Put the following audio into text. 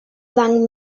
wang